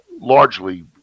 largely